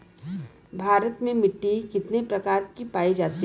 भारत में मिट्टी कितने प्रकार की पाई जाती हैं?